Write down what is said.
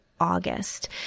August